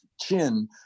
chin